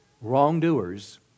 Wrongdoers